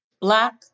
Black